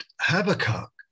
Habakkuk